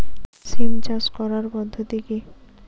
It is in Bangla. সিম চাষ করার পদ্ধতি কী?